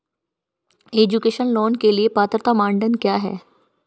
Education loan के लिए पात्रता मानदंड क्या है?